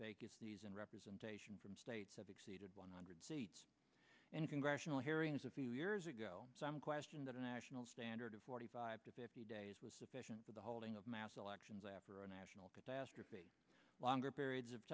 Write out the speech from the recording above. and representation from states have exceeded one hundred and congressional hearings a few years ago some question that a national standard of forty five to fifty days was sufficient for the holding of massive elections after a national catastrophe longer periods of